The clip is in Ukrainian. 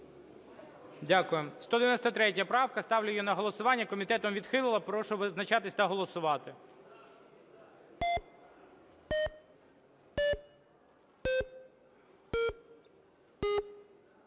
Дякую. 193 правка, ставлю її на голосування. Комітет відхилена. Прошу визначатися та голосувати.